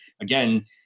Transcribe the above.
again